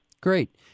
Great